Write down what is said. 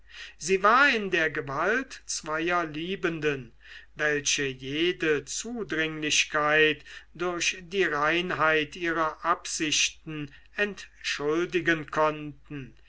sie war in der gewalt zweier liebenden welche jede zudringlichkeit durch die reinheit ihrer absichten entschuldigen konnten